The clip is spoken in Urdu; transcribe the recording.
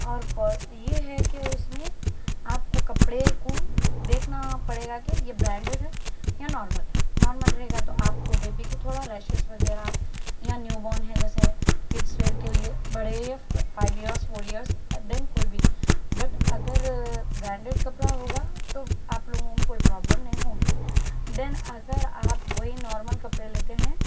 اور پا یہ ہے کہ اس میں آپ کو کپڑے کو دیکھنا پڑے گا کہ یہ برانڈیڈ ہے یا نارمل نارمل رہے گا تو آپ کو بیبی کو تھوڑا ریشیز وغیرہ یا نیو بارن ہے جیسے کڈس ویئر کے لیے بڑے five years four years then کوئی بھی بٹ اگر برانڈیڈ کپڑا ہوگا تو آپ لوگوں کو کوئی پرابلم نہیں ہوگی دین اگر آپ وہی نارمل کپڑے لیتے ہیں